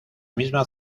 misma